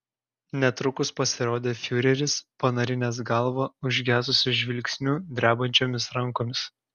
netrukus pasirodė fiureris panarinęs galvą užgesusiu žvilgsniu drebančiomis rankomis